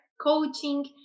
coaching